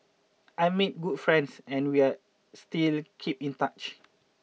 I made good friends and we are still keep in touch